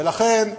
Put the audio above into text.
ולכן,